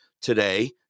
today